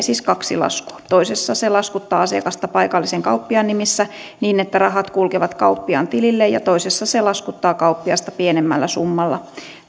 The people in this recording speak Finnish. siis kaksi laskua toisessa se laskuttaa asiakasta paikallisen kauppiaan nimissä niin että rahat kulkevat kauppiaan tilille ja toisessa se laskuttaa kauppiasta pienemmällä summalla